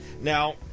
Now